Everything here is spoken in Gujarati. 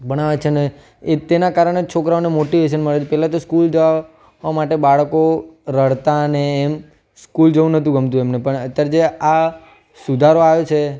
ભણાવે છે ને એક તેના કારણે જ છોકરાઓને મોટિવેશન મળે જ પહેલાં તો સ્કૂલથી આવાં માટે બાળકો રડતાં અને એમ સ્કૂલ જવું નહોતું ગમતું એમને પણ અત્યારે જે આ સુધારો આવ્યો છે